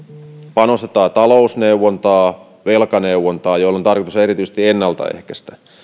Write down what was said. panostetaan talousneuvontaan velkaneuvontaan jolla on tarkoitus erityisesti ennaltaehkäistä